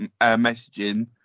Messaging